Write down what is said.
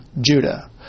Judah